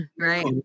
right